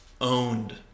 owned